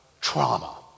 trauma